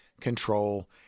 control